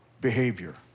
behavior